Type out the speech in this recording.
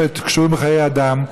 שקשורים בחיי אדם,